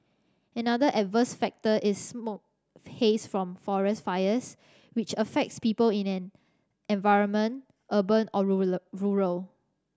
another adverse factor is smoke haze from forest fires which affects people in an environment urban or rural